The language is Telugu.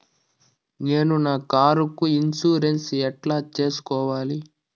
నేను నా కారుకు ఇన్సూరెన్సు ఎట్లా సేసుకోవాలి